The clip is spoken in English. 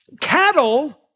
Cattle